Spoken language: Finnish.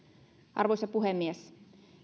arvoisa puhemies